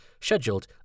scheduled